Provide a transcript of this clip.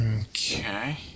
Okay